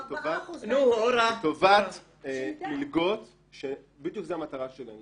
4%. לטובת מלגות שזו בדיוק המטרה שלהן,